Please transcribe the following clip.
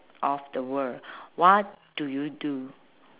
of the world what do you do